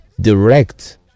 direct